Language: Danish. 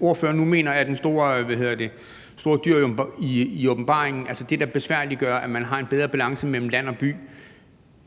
ordføreren nu mener er det store dyr i åbenbaringen, altså det, der besværliggør, at man har en bedre balance mellem land og by,